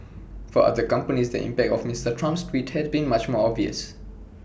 for other companies the impact of Mister Trump's tweets has been much more obvious